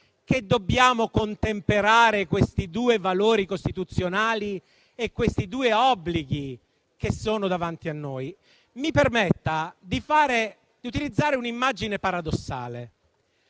che dobbiamo contemperare questi due valori costituzionali e questi due obblighi che sono davanti a noi. Mi permetta di utilizzare un'immagine paradossale.